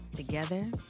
Together